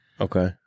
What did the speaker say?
Okay